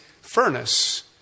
furnace